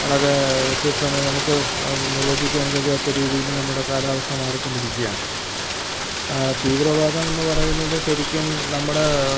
വളരെ വ്യത്യസ്തമായി നമുക്ക് നിർവ്വചിക്കാൻ കഴിയാത്ത രീതിയിൽ നമ്മുടെ കാലാവസ്ഥ മാറിക്കൊണ്ടിരിക്കുകയാണ് തീവ്രവാദം എന്ന് പറയുന്നത് ശരിക്കും നമ്മുടെ